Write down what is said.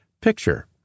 Picture